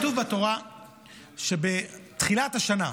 כתוב בתורה שבתחילת השנה,